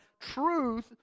truth